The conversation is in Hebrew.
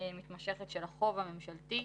מתמשכת של החוב הממשלתי.